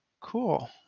Cool